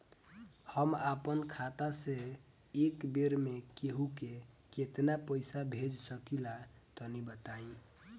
हम आपन खाता से एक बेर मे केंहू के केतना पईसा भेज सकिला तनि बताईं?